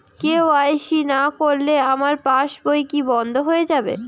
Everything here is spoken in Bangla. কে.ওয়াই.সি না করলে আমার পাশ বই কি বন্ধ হয়ে যাবে?